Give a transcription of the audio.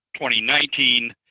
2019